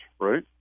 right